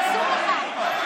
אסור לך.